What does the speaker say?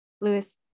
Lewis